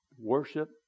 Worship